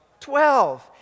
Twelve